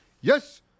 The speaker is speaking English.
yes